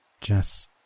Jess